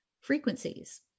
frequencies